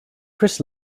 chris